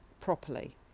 properly